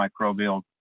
microbial